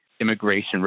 immigration